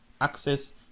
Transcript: access